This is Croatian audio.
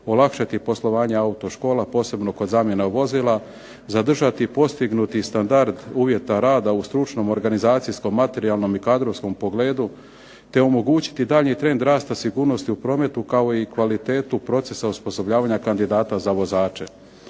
olakšati poslovanje autoškola posebno kod zamjena vozila, zadržati postignuti standard uvjeta rada u stručnom, organizacijskom, materijalnom i kadrovskom pogledu, te omogućiti daljnji trend rasta sigurnosti u prometu kao i kvalitetu procesa osposobljavanja kandidata za vozače.